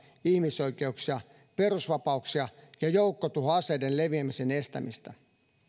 ihmisoikeuksia perusvapauksia ja joukkotuhoaseiden leviämisen estämistä